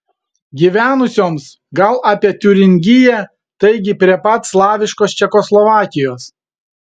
gyvenusioms gal apie tiuringiją taigi prie pat slaviškos čekoslovakijos